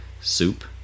soup